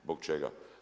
Zbog čega?